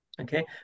Okay